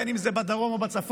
בין אם זה בדרום או בצפון,